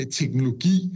teknologi